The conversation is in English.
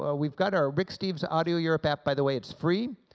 ah we've got our rick steves audio europe app, by the way it's free,